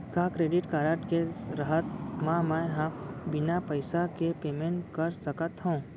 का credit card के रहत म, मैं ह बिना पइसा के पेमेंट कर सकत हो?